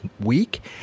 week